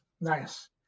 nice